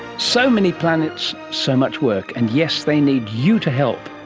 so many planets, so much work. and yes, they need you to help.